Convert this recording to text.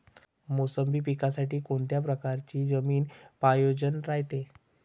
मोसंबी पिकासाठी कोनत्या परकारची जमीन पायजेन रायते?